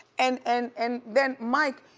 and and and then, mike,